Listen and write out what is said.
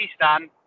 Pakistan